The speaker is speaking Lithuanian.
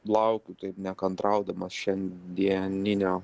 laukiau taip nekantraudamas šiandieninio